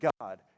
God